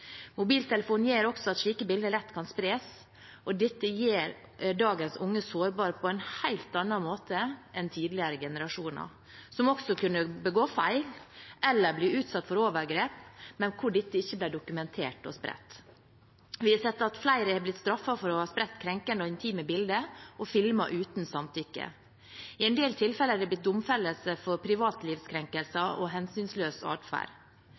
Mobiltelefonen gjør også at slike bilder lett kan spres. Dette gjør dagens unge sårbare på en helt annen måte enn tidligere generasjoner, som også kunne begå feil eller bli utsatt for overgrep, men hvor dette ikke ble dokumentert og spredt. Vi har sett at flere har blitt straffet for å ha spredd krenkende og intime bilder og filmer uten samtykke. I en del tilfeller er det blitt domfellelse for privatlivskrenkelser og hensynsløs atferd.